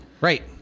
Right